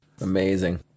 Amazing